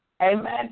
Amen